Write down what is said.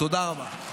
תודה רבה.